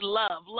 love